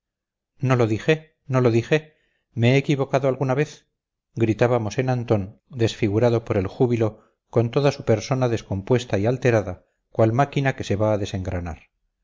no lo dije no lo dije me he equivocado alguna vez gritaba mosén antón desfigurado por el júbilo con toda su persona descompuesta y alterada cual máquina que se va a